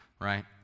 right